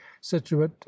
situate